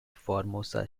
formosa